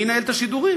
מי ינהל את השידורים?